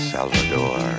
Salvador